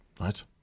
right